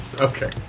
Okay